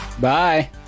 Bye